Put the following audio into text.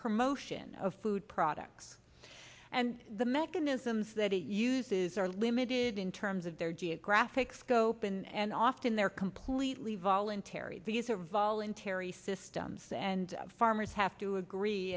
promotion of food products and the mechanisms that it uses are limited in terms of their geographic scope and often they're completely voluntary these are voluntary systems and farmers have to agree